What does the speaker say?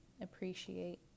appreciate